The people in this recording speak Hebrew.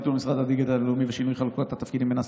ביטול משרד הדיגיטל הלאומי ושינוי חלוקת התפקידים בין השרים.